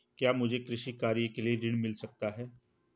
क्या मुझे कृषि कार्य के लिए ऋण मिल सकता है?